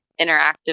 interactive